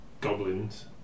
goblins